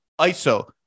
Iso